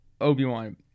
Obi-Wan